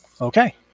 Okay